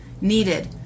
needed